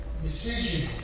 decisions